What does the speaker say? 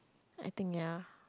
I think ya